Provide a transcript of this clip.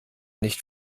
nicht